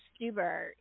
Stuber